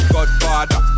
Godfather